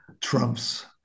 trumps